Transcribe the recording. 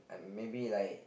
maybe like